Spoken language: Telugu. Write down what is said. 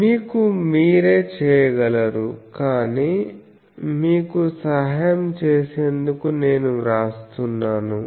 మీకు మీరే చేయగలరు కానీ మీకు సహాయం చేసేందుకు నేను వ్రాస్తున్నాను